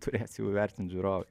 turės jau įvertint žiūrovai